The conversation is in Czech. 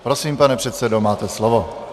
Prosím, pane předsedo, máte slovo.